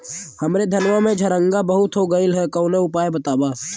हमरे धनवा में झंरगा बहुत हो गईलह कवनो उपाय बतावा?